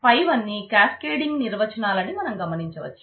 పైవన్నీ క్యాస్కేడింగ్ నిర్వచనాలని మనం గమనించవచ్చు